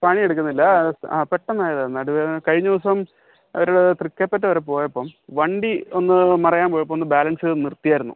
പണിയെടുക്കുന്നില്ല ആ പെട്ടെന്ന് ആയതാണ് നടുവേദന കഴിഞ്ഞ ദിവസം അവർ തൃക്കൈപ്പറ്റ വരെ പോയപ്പം വണ്ടി ഒന്ന് മറിയാൻ പോയപ്പം ഒന്ന് ബാലൻസ് ചെയ്ത് നിർത്തിയായിരുന്നു